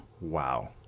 Wow